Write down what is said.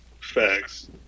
Facts